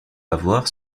avoir